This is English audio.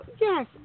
Yes